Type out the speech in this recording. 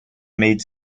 made